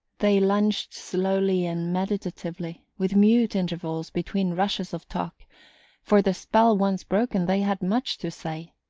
they lunched slowly and meditatively, with mute intervals between rushes of talk for, the spell once broken, they had much to say,